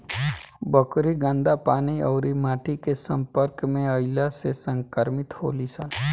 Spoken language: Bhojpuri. बकरी गन्दा पानी अउरी माटी के सम्पर्क में अईला से संक्रमित होली सन